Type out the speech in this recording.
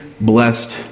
blessed